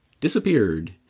disappeared